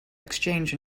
exchange